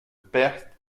perth